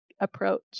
approach